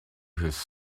his